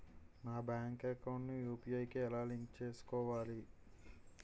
నా bank account ని UPI కి ఎలా లింక్ చేసుకోవాలి?